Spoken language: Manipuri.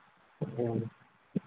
ꯎꯝ